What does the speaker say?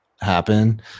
happen